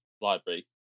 library